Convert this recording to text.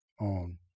on